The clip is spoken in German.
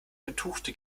betuchte